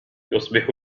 يصبح